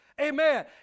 Amen